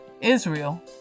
Israel